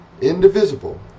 indivisible